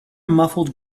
muffled